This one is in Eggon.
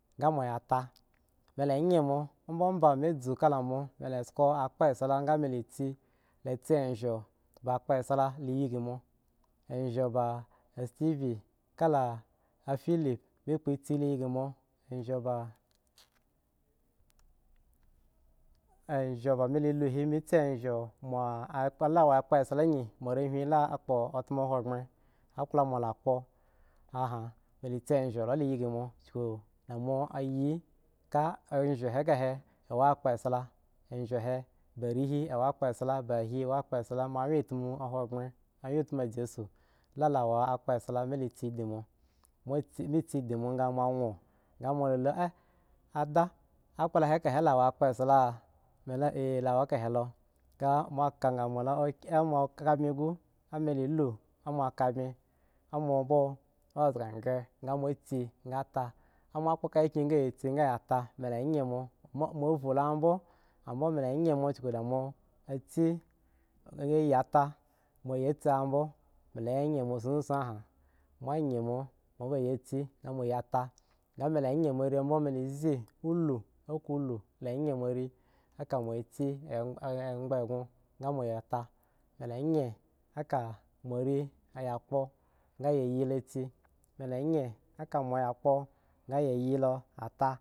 Gamlata mi yen mo ombo ba mi zo ka mo akpa sla ga mo shi si ejo akpa sla yi mo ejo ba steve ka la a fibi si hka mo mi kpo si yen mo ejo be ejo ba mi lo he shi ejo ba akpa sla mo rehuni akpo otomo ahoghren akpoala mo la kpo mi si ejo lu a la hikii mo mo yi amo akpa sla ejo lu a la hiki mo mo yi awo akpa sla ejo ba he amo akpa sla ba he akpa sha akpa sla mi si ye musidi mo ga mo ahgo ga mo la a ada akopla he awo aka he akpa sla mi lo mi a awoaka he lo mo ka aka he mo ka bme go mo ka bme mamo bme zga ge me si mo ya ta mama ya kpa aka yan mo yota mo si mi la yen mo mo vu lo wa bmo zga gye mi si mo ya ta mama yakpa aka yan mo yata mu si mi la yen mo mo vu lo we bmu ambo mi la yen mo kugu da yi si yeta mo ya si awo bmo mu ya yen mu so ye mo yen be ya si mo ta ga mi la yan moren bmo mi la ze olo ako olo yen morem a ka mo yi si agbe eggo ka mo ya te mi yen a more ya bo a ka mo ya si gmoe yilo atta.